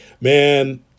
Man